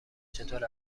چطور